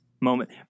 moment